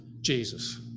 Jesus